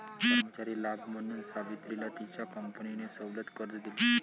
कर्मचारी लाभ म्हणून सावित्रीला तिच्या कंपनीने सवलत कर्ज दिले